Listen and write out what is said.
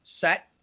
set